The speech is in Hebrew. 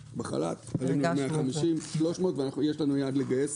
בחל"ת, עלינו ל-150 ואז ל-300, ויש לנו יעד לגייס